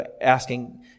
asking